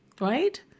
right